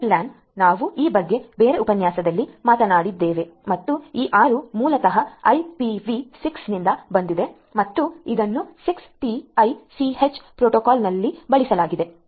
ಕಡಿಮೆ ಪ್ಯಾನ್ ನಾವು ಈ ಬಗ್ಗೆ ಬೇರೆ ಉಪನ್ಯಾಸದಲ್ಲಿ ಮಾತನಾಡಿದ್ದೇವೆ ಮತ್ತು ಈ 6 ಮೂಲತಃ ಐಪಿವಿ 6 ನಿಂದ ಬಂದಿದೆ ಮತ್ತು ಇದನ್ನು 6 ಟಿ ಎ ಸ್ಸಿ ಎಚ್ ಪ್ರೋಟೋಕಾಲ್ನಲ್ಲಿ ಬಳಸಲಾಗಿದೆ